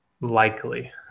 likely